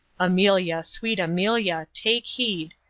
amelia, sweet amelia, take heed,